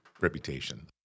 reputation